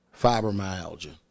fibromyalgia